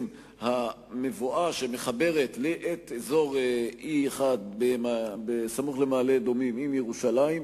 המבואה שמחברת את אזור E1 בסמוך למעלה-אדומים עם ירושלים.